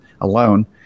alone